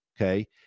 Okay